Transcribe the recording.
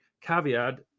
caveat